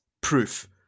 proof